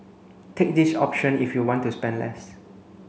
take this option if you want to spend less